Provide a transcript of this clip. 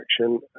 action